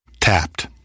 Tapped